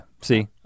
See